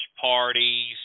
parties